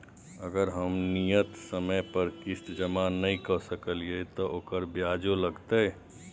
अगर हम नियत समय पर किस्त जमा नय के सकलिए त ओकर ब्याजो लगतै?